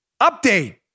Update